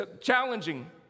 challenging